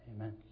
Amen